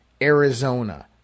Arizona